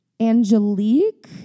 Angelique